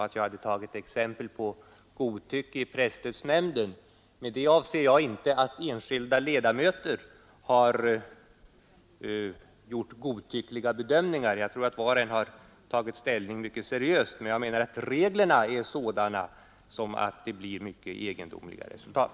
Får jag, för att det inte skall uppstå något missförstånd, påpeka att jag därmed inte vill göra gällande att enskilda ledamöter har gjort godtyckliga bedömningar — jag tror att var och en tagit ställning mycket seriöst — men jag anser att reglerna är sådana att det blir mycket egendomliga resultat.